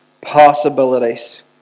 possibilities